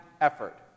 effort